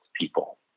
people